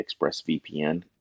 ExpressVPN